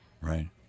Right